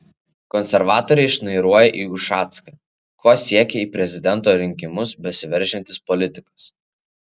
konservatoriai šnairuoja į ušacką ko siekia į prezidento rinkimus besiveržiantis politikas